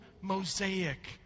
mosaic